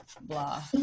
blah